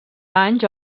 anys